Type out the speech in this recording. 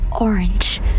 orange